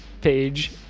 page